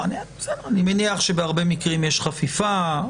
אני מניח שבהרבה מקרים יש חפיפה,